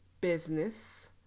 business